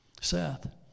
Seth